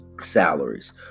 salaries